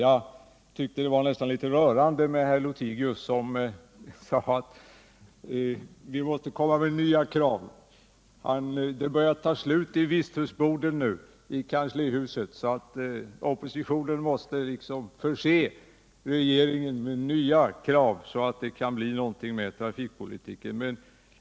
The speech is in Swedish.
Jag tyckte nästan att det var litet rörande med herr Lothigius, som sade att vi måste komma med nya krav. Det börjar tydligen ta slut i visthusboden nu i kanslihuset, så att oppositionen måste förse regeringen med nya krav så att det kan bli någonting med trafikpolitiken.